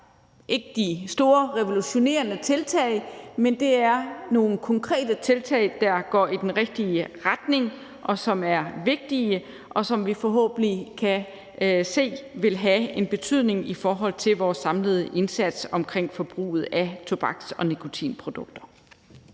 ikke de store revolutionerende tiltag, men det er nogle konkrete tiltag, der går i den rigtige retning, som er vigtige, og som vi forhåbentlig kan se vil have en betydning i forhold til vores samlede indsats omkring forbruget af tobaks- og nikotinprodukter.